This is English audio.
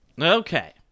Okay